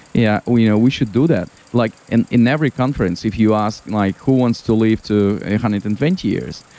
yeah we you know we should do that. like in in every conference, if you ask like who wants to live to a one hundred and twenty years,